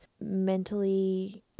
mentally